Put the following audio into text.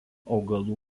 augalų